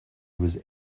was